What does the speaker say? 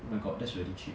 my god that's really cheap